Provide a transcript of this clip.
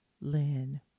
Lynn